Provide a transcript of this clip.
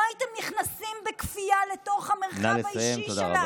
הייתם נכנסים בכפייה לתוך המרחב האישי שלנו.